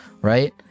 right